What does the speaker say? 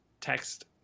text